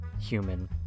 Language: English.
human